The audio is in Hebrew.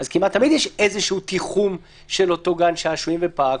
כמעט תמיד יש איזה תיחום של אותו גן שעשועים ופארק,